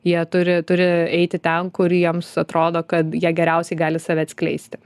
jie turi turi eiti ten kur jiems atrodo kad jie geriausiai gali save atskleisti